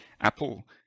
Apple